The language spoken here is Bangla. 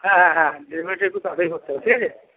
হ্যাঁ হ্যাঁ হ্যাঁ ডেলিভারিটা একটু তাড়াতাড়ি করতে হবে ঠিক আছে